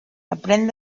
aprén